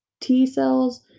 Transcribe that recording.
T-cells